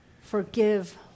forgive